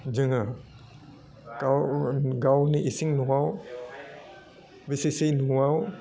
जोङो गाव गावनि इसिं नवाव बिसेसयै नवाव